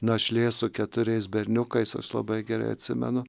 našlė su keturiais berniukais aš labai gerai atsimenu